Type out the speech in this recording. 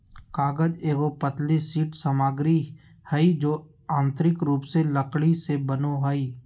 कागज एगो पतली शीट सामग्री हइ जो यांत्रिक रूप से लकड़ी से बनो हइ